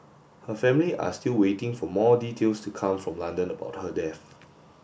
her family are still waiting for more details to come from London about her death